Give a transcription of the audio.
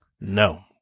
No